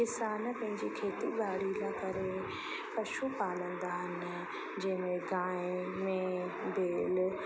इंसानु पंहिंजी खेती बाड़ी न करे पशु पालंदा आहिनि जंहिं में गांइ मेह भेड़